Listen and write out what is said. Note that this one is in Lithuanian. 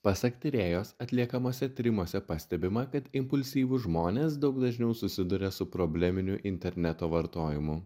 pasak tyrėjos atliekamuose tyrimuose pastebima kad impulsyvūs žmonės daug dažniau susiduria su probleminiu interneto vartojimu